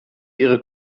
ihre